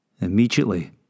Immediately